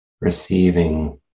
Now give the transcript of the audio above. receiving